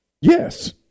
Yes